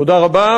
תודה רבה.